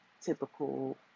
typical